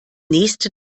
nächste